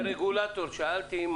כרגולטור שאלתי אם